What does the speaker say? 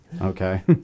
Okay